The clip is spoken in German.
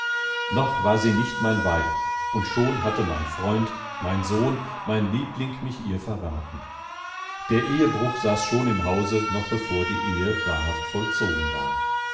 noch war sie nicht mein weib und schon hatte mein freund mein sohn mein liebling mich mit ihr verraten der ehebruch saß schon im hause noch bevor die ehe wahrhaft vollzogen war